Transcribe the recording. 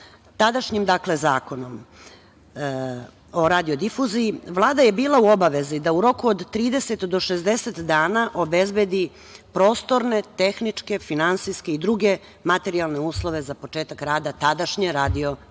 tadašnjim Zakonom o radiodifuziji, Vlada je bila u obavezi da u roku od 30 do 60 dana obezbedi prostorne, tehničke, finansijske i druge materijalne uslove za početak rada tadašnje Radiodifuzne